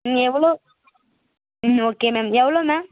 ம் எவ்வளோ ம் ஓகே மேம் எவ்வளோ மேம்